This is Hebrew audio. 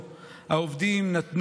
יש כאן קפיצה אדירה קדימה.